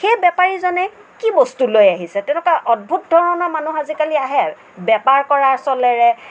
সেই বেপাৰীজনে কি বস্তু লৈ আহিছে তেনেকুৱা অদ্ভুত ধৰণৰ মানুহ আজিকালি আহে বেপাৰ কৰাৰ চলেৰে